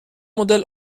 مدل